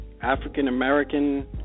African-American